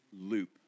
loop